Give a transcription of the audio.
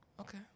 Okay